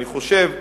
אני חושב,